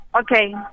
Okay